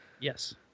Yes